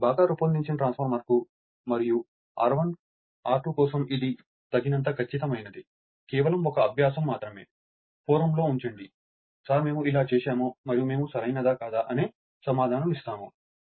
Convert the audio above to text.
బాగా రూపొందించిన ట్రాన్స్ఫార్మర్కు మరియు R1 R2 కోసం ఇది తగినంత ఖచ్చితమైనది కేవలం ఒక అభ్యాసం మాత్రమే ఫోరమ్లో ఉంచండి సార్ మేము ఇలా చేశాము మరియు మేము సరైనదా కాదా అనే సమాధానం ఇస్తాము